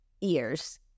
ears